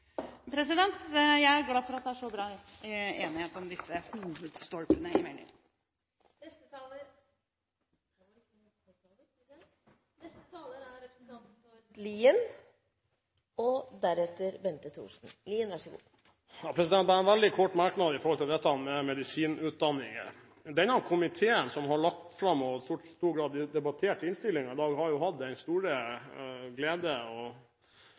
Jeg er glad for at det er så bred enighet om disse hovedstolpene i meldingen. Bare en veldig kort merknad til dette med medisinutdanningen. Denne komiteen, som har lagt fram og i stor grad debattert innstillingen i dag, har jo hatt den store glede å samarbeide med Tora Aasland en del ganger. Det har også universitetene i Norge opplevd. Det er klart at da kommer vi til dette med dialog. Dialog er jo